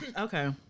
Okay